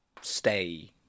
stay